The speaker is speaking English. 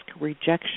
rejection